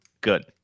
Good